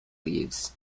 leaves